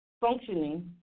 functioning